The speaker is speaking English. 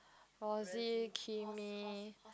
Ozi Kimi